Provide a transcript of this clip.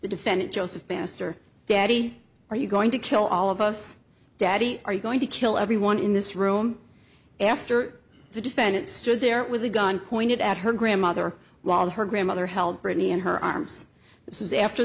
bannister daddy are you going to kill all of us daddy are you going to kill everyone in this room after the defendant stood there with a gun pointed at her grandmother while her grandmother held britney and her arms this is after